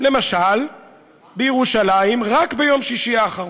למשל בירושלים רק ביום שישי האחרון.